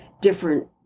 different